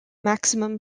maximum